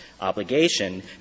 obligation